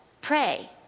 pray